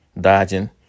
dodging